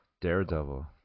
Daredevil